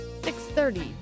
630